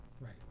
Right